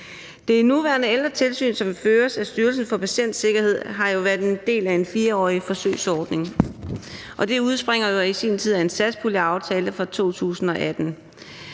Det nuværende ældretilsyn, som føres af Styrelsen for Patientsikkerhed, har jo været en del af en 4-årig forsøgsordning, som udsprang af en satspuljeaftale fra 2018.